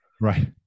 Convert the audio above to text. Right